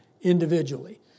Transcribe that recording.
individually